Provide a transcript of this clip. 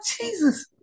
Jesus